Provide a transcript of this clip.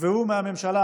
תתבעו מהממשלה